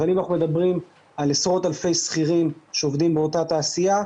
אבל אם אנחנו מדברים על עשרות אלפי שכירים שעובדים באותה תעשייה,